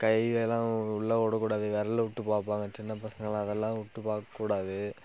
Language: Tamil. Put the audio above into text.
கையெல்லாம் உள்ளே விடக்கூடாது விரல விட்டு பார்ப்பாங்க சின்ன பசங்கெளாம் அதெல்லாம் விட்டு பார்க்கக்கூடாது